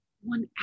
one